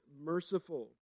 merciful